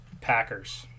packers